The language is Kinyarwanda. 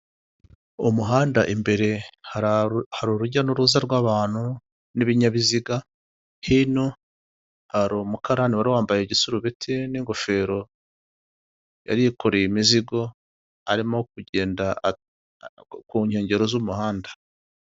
Inote ebyiri nshyashya y'amafaranga ibihumbi bitanu ariko n'inota imwe bashatse kwerekana ibihande byombi igihande cy'imbere n' icy'inyuma. Igihande kimwe kiriho ababyinnyi bari kubyina ikindi kikaba kiriho inzu ya etage ariyo ya beneri. Aya mafaranga yakoreshwaga muri mirongo icyenda n'umunani ubu ntagikoreshwa yasimbuwe n'andi.